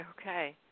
Okay